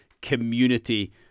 community